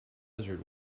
desert